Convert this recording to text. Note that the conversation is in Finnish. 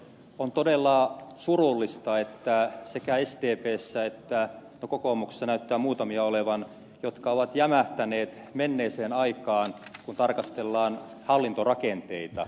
on todella surullista että sekä sdpssä ja kokoomuksessa näyttää olevan muutamia jotka ovat jämähtäneet menneeseen aikaan kun tarkastellaan hallintorakenteita